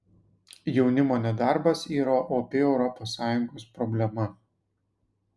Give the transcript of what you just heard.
jaunimo nedarbas yra opi europos sąjungos problema